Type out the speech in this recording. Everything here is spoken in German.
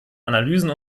analysen